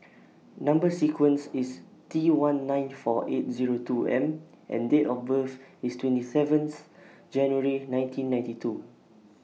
Number sequence IS T one nine four eight Zero two M and Date of birth IS twenty seventh January nineteen ninety two